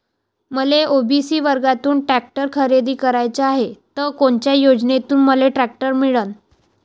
मले ओ.बी.सी वर्गातून टॅक्टर खरेदी कराचा हाये त कोनच्या योजनेतून मले टॅक्टर मिळन?